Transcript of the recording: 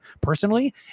personally